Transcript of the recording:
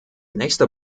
nächster